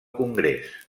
congrés